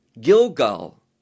Gilgal